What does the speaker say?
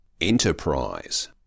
Enterprise